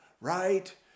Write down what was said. right